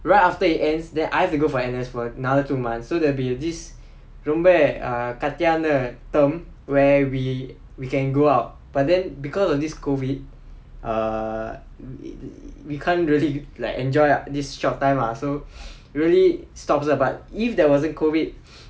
right after it ends then I have to go for N_S for another two months so there will be this ரொம்ப கத்தியான:romba kaththiyaana term where we we can go out but then because of this COVID err it we can't really like enjoy this short time lah so really stopped if there wasn't COVID